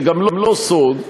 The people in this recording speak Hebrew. זה גם לא סוד,